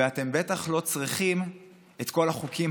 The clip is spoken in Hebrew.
ואתם בטח לא צריכים את כל החוקים